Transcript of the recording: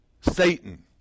Satan